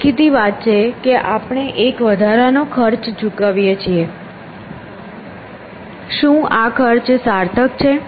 તો દેખીતી વાત છે કે આપણે એક વધારાનો ખર્ચ ચૂકવીએ છીએ શું આ ખર્ચ સાર્થક છે